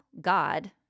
God